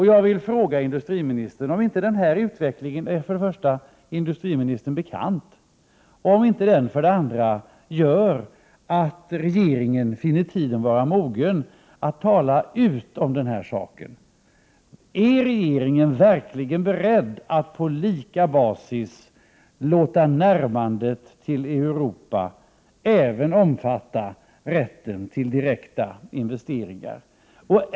Jag vill fråga industriministern om inte den här utvecklingen för det första är bekant för industriministern, och om den för det andra inte gör att regeringen finner tiden vara mogen att tala ut om den här saken. Är regeringen verkligen beredd att på lika basis låta närmandet till Europa även omfatta rätten till direkta investeringar?